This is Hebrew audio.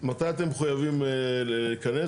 מתי אתם מחויבים לכנס?